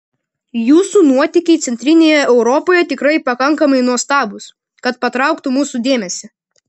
jūsų nuotykiai centrinėje europoje tikrai pakankamai nuostabūs kad patrauktų mūsų dėmesį